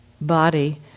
body